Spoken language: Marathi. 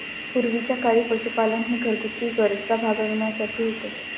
पूर्वीच्या काळी पशुपालन हे घरगुती गरजा भागविण्यासाठी होते